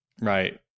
Right